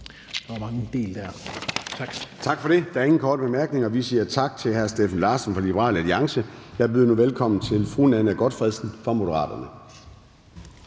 Formanden (Søren Gade): Tak for det. Der er ingen korte bemærkninger. Vi siger tak til hr. Steffen Larsen fra Liberal Alliance. Jeg byder nu velkommen til fru Nanna W. Gotfredsen fra Moderaterne.